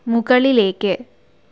മുകളിലേക്ക്